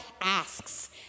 asks